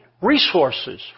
resources